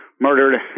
murdered